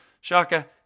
Shaka